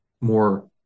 more